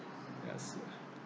yes